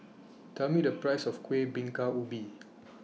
Tell Me The Price of Kuih Bingka Ubi